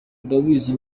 urabizi